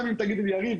גם אם תגידי לי: יריב,